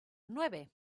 nueve